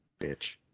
Bitch